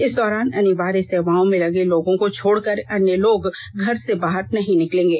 इस दौरान अनिवार्य सेवाओं में लगे लोगों को छोड़कर अन्य लोग घर से बाहर नहीं निकलेंगे